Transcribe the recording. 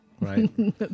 Right